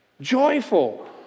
joyful